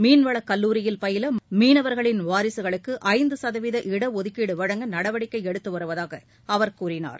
மீன்வளக் கல்லூரியில் பயில மீனவர்களின் வாரிசுகளுக்கு ஐந்து சதவீத இட ஒதுக்கீடு வழங்க நடவடிக்கை எடுத்து வருவதாக அவர் கூறினார்